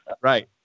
Right